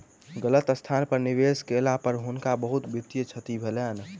गलत स्थान पर निवेश केला पर हुनका बहुत वित्तीय क्षति भेलैन